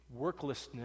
worklessness